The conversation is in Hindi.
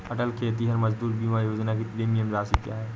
अटल खेतिहर मजदूर बीमा योजना की प्रीमियम राशि क्या है?